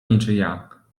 niczyja